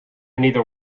neither